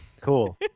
Cool